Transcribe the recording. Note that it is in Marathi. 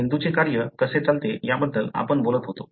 मेंदुचे कार्य कसे चालते याबद्दल आपण बोलत होतो